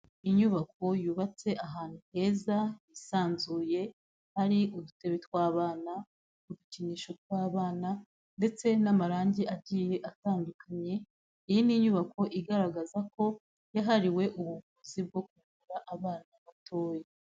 Inyubako yubatse ahantu heza hisanzuye hari udutebe tw'abana, udukinisho tw'abana ndetse n'amarangi agiye atandukanye, iyi ni inyubako igaragaza ko yahariwe ubuvuzi bwo ku kuvura abana batoya.